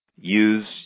use